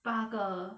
八个